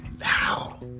now